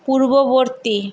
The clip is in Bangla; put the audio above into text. পূর্ববর্তী